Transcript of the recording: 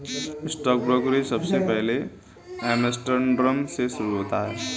stock brokerage सबसे पहले Amsterdam में शुरू हुआ था